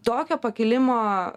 tokio pakilimo